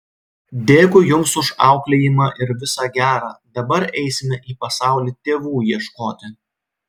dėkui jums už auklėjimą ir visa gera dabar eisime į pasaulį tėvų ieškoti